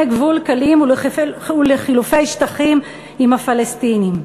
גבול קלים ולחילופי שטחים עם הפלסטינים.